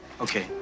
Okay